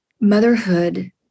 motherhood